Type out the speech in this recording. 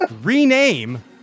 rename